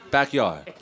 Backyard